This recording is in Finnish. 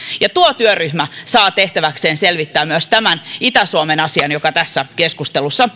tuo työryhmä saa tehtäväkseen selvittää myös tämän itä suomen asian joka tässä keskustelussa